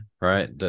right